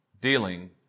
dealing